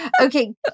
Okay